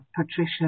Patricia